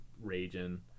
raging